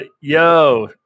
Yo